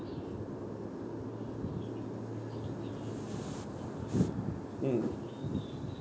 mm